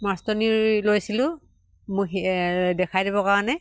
মাষ্টৰনী লৈছিলোঁ মোক দেখাই দিবৰ কাৰণে